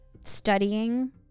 studying